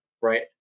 right